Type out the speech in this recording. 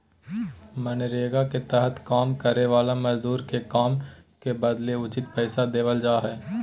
मनरेगा के तहत काम करे वाला मजदूर के काम के बदले उचित पैसा देवल जा हय